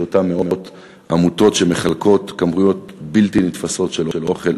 אותן מאות עמותות שמחלקות כמויות בלתי נתפסות של אוכל,